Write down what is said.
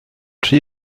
rhy